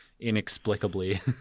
inexplicably